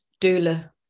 doula